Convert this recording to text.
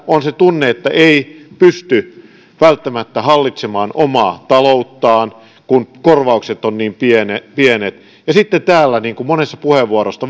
on tunne että ei pysty välttämättä hallitsemaan omaa talouttaan kun korvaukset ovat niin pienet pienet sitten täällä monesta puheenvuorosta